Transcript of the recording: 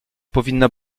powinna